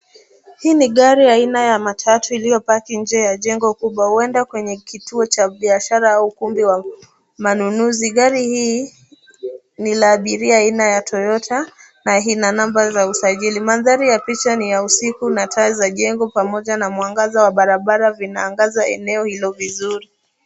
Hii ni gari aina ya matatu iliyopaki nje ya jengo kubwa, huenda kwenye kituo cha biashara au ukumbi wa manunuzi. Gari hii ni la abiria aina ya Toyota na ina namba za usajili. Mandhari ya picha ni ya usiku na taa za jengo pamoja na mwangaza wa barabara zinaangaza eneo hilo vizuri.